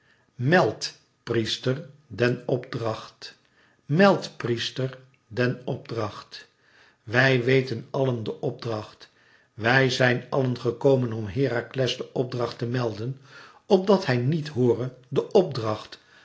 meld priester den opdracht meld priester den opdracht wij weten àllen den opdracht wij zijn àllen gekomen om herakles den opdracht te melden opdat hij niet hoore den opdracht